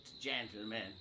gentlemen